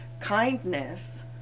kindness